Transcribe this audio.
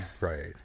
right